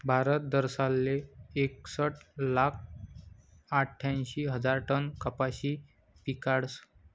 भारत दरसालले एकसट लाख आठ्यांशी हजार टन कपाशी पिकाडस